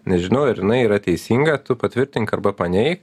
nežinau ar jinai yra teisinga tu patvirtink arba paneik